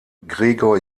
gregor